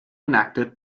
enacted